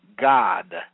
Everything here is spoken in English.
god